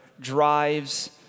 drives